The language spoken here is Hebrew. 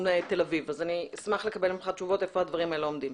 תל אביב אז אני אשמח לקבל ממך תשובות איפה הדברים האלה עומדים.